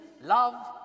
love